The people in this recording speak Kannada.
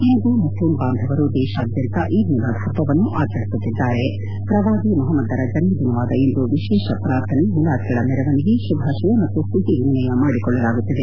ಇಂದು ಮುಸ್ಲಿಂ ಬಾಂಧವರು ದೇಶಾದ್ಯಂತ ಈದ್ ಮಿಲಾದ್ ಹಬ್ಲವನ್ನು ಆಚರಿಸುತ್ತಿದ್ದಾರೆ ಪ್ರವಾದಿ ಮೊಹಮ್ನದರ ಜನ್ನದಿನವಾದ ಇಂದು ವಿಶೇಷ ಪ್ರಾರ್ಥನೆ ಮಿಲಾದ್ಗಳ ಮೆರವಣಿಗೆ ಶುಭಾಶಯ ಮತ್ತು ಸಿಹಿ ವಿನಿಮಯ ಮಾಡಿಕೊಳ್ಳಲಾಗುತ್ತಿದೆ